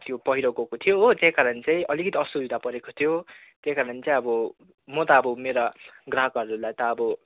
त्यो पैह्रो गएको थियो हो त्यहीकारण चाहिँ अलिकति असुविधा परेको थियो त्यहीकारण चाहिँ अब म त अब मेरा ग्राहकहरूलाई त अब